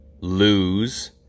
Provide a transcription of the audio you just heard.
lose